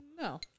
No